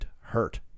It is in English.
hurt